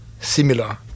similar